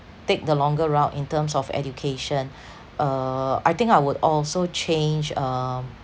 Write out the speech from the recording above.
take the longer route in terms of education uh I think I would also change um